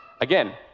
Again